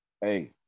Hey